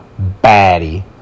baddie